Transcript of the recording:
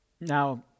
Now